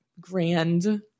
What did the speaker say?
grand